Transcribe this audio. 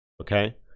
Okay